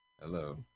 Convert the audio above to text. Hello